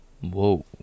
Whoa